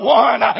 one